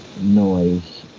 noise